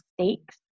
stakes